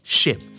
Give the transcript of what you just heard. ship